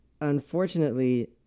unfortunately